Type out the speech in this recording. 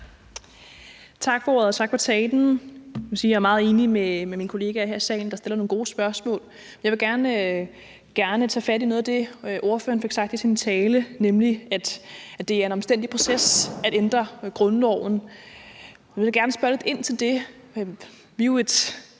tak for talen. Jeg vil sige, at jeg er meget enig med mine kollegaer her i salen, der stiller nogle gode spørgsmål. Men jeg vil gerne tage fat i noget af det, ordføreren fik sagt i sin tale, nemlig at det er en omstændelig proces at ændre grundloven. Jeg vil gerne spørge lidt ind til det.